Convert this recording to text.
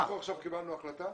אנחנו עכשיו קיבלנו החלטה?